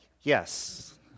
yes